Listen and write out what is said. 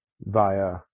via